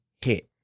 hit